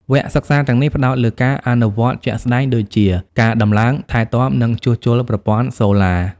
វគ្គសិក្សាទាំងនេះផ្តោតលើការអនុវត្តជាក់ស្តែងដូចជា ការដំឡើង ថែទាំ និងជួសជុលប្រព័ន្ធសូឡា។